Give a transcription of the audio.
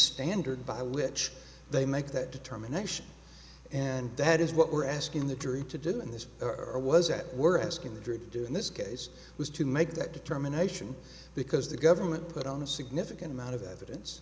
standard by which they make that determination and dad is what we're asking the jury to didn't this or was that we're asking the jury to do in this case was to make that determination because the government put on a significant amount of evidence